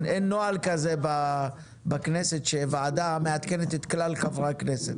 נוהל כזה שוועדה מעדכנת את כלל חברי הכנסת.